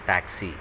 taxi